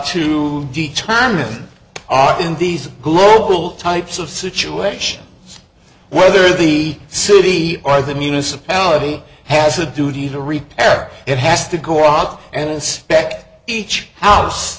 to determine in these global types of situations whether the city are the municipality has a duty to repairing it has to go off and inspect each house